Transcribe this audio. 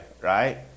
Right